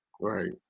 Right